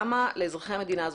למה לאזרחי המדינה הזאת,